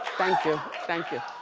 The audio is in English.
thank you, thank you.